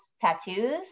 tattoos